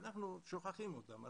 ואנחנו שוכחים אותם.